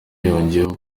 yongeyeho